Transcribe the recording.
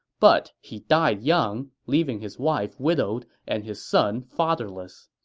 but he died young, leaving his wife widowed and his son fatherless.